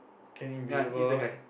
can invisible